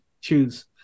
Choose